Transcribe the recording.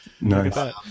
Nice